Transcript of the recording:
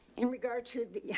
in regard to the yeah